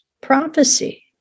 prophecy